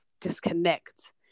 disconnect